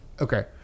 Okay